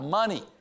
money